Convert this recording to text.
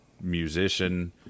musician